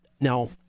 now